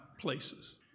places